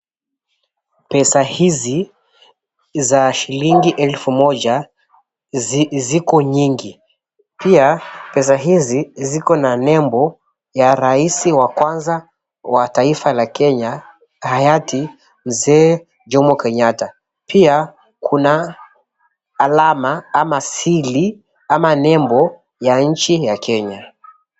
Pesa hizi za shilingi elfu moja ziko nyingi. Pia pesa hizi ziko na nembo ya rais wa kwanza wa taifa la Kenya hayati Mzee Jomo Kenyatta. Pia kuna alama ama seal ama nembo ya nchi ya Kenya.